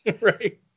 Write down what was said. Right